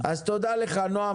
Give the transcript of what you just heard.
אז תודה לך, נועם.